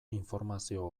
informazio